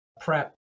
prep